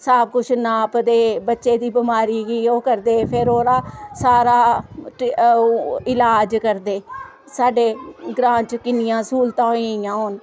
सब कुछ नापदे बच्चे दी बिमारी ओह् दिखदे फिर ओहदा सारा इलाज करदे साडे ग्रांऽ च किन्नियां सहूलता होई गेइयां हून